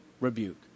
rebuke